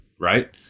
right